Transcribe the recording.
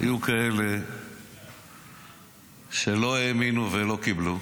היו כאלה שלא האמינו ולא קיבלו,